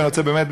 ואני רוצה באמת,